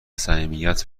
صمیمیت